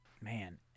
Man